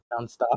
nonstop